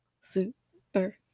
Super